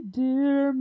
dear